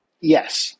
Yes